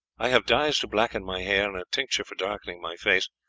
i have dyes to blacken my hair and a tincture for darkening my face.